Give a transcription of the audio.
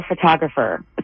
photographer